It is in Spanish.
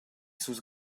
sus